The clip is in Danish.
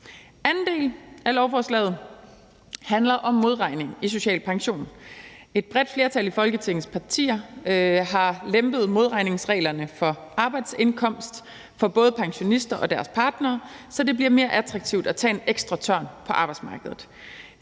Anden del af lovforslaget handler om modregning i social pension. Et bredt flertal i Folketingets partier har lempet modregningsreglerne for arbejdsindkomst for både pensionister og deres partnere, så det bliver mere attraktivt at tage en ekstra tørn på arbejdsmarkedet.